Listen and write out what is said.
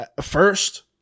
first